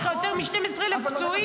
יש לך יותר מ-12,000 פצועים.